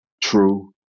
true